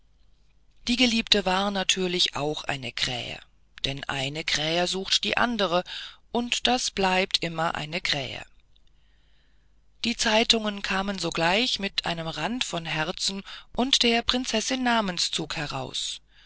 die geliebte war natürlicherweise auch eine krähe denn eine krähe sucht die andere und das bleibt immer eine krähe die zeitungen kamen sogleich mit einem rande von herzen und der prinzessin namenszug heraus